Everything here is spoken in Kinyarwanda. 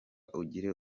ugire